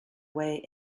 way